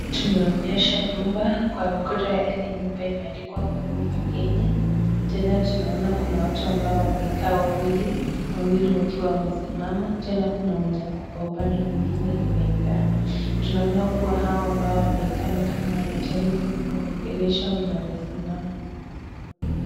Tunaonyeshwa nyumba, kwa ukuta ya hili nyumba imeandikwa Huduma Kenya. Tena tunaona kuna watu ambao wamekaa wawili wawili wakiwa wamesimama tena kuna mwenye ako upande mwingine amekaa. Tunaona kuwa hawa ambao wamekaa ni kama wanajaribu kuwaongelesha wenye wamesimama.